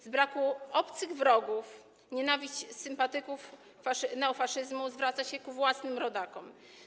Z braku obcych wrogów nienawiść sympatyków neofaszyzmu zwraca się ku własnym rodakom.